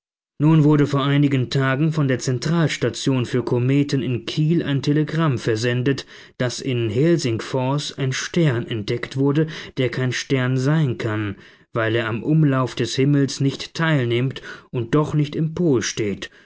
nun wurde vor einigen tagen von der zentralstation für kometen in kiel ein telegramm versendet daß in helsingfors ein stern entdeckt wurde der kein stern sein kann weil er am umlauf des himmels nicht teilnimmt und doch nicht